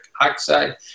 oxide